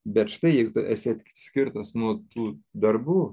bet štai jei esi skirtas nuo tų darbų